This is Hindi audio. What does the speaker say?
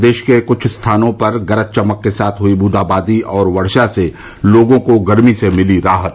प्रदेश के कुछ स्थानों पर गरज चमक के साथ हुई बूंदा बांदी और वर्षा से लोगों को गर्मी से मिली राहत